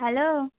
hello